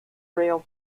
rail